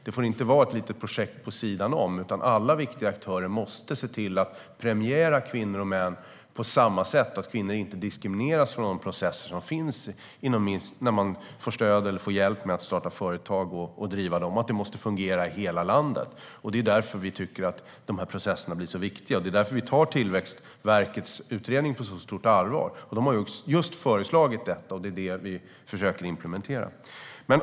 Det får inte vara ett litet projekt på sidan om, utan alla viktiga aktörer måste se till att premiera kvinnor och män på samma sätt så att kvinnor inte diskrimineras i de processer som finns när man får stöd eller hjälp med att starta företag och driva dem. Det måste fungera i hela landet. Det är därför som vi tycker att dessa processer är så viktiga som vi tar Tillväxtverkets utredning på så stort allvar. De har föreslagit just detta, och det är det som vi försöker att implementera.